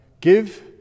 give